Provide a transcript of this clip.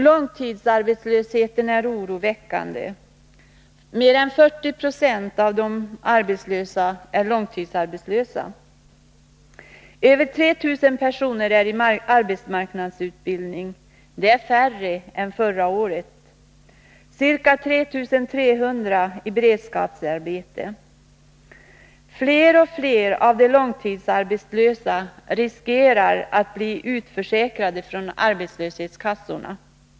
Långtidsarbetslösheten är oroväckande. Mer än 40 90 av de arbetslösa är långtidsarbetslösa. Över 3 000 personer är i arbetsmarknadsutbildning. Det är färre än förra året. Ca 3300 personer har beredskapsarbete. Fler och fler av de långtidsarbetslösa riskerar att bli utförsäkrade från arbetslöshetskassorna.